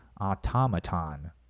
automaton